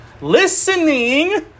Listening